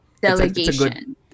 delegation